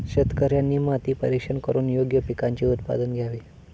शेतकऱ्यांनी माती परीक्षण करून योग्य पिकांचे उत्पादन घ्यावे